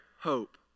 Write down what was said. hope